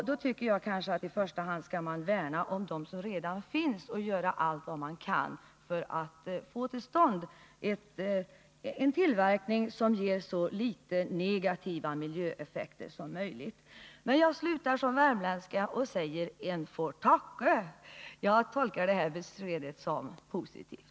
Jag tycker att man då i första hand skall värna om de företag som redan finns och göra allt vad man kan för att få till stånd en tillverkning som ger så litet negativa miljöeffekter som möjligt. Men jag slutar som värmländska och säger: En får tacke! Jag tolkar det här beskedet som positivt.